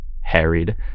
harried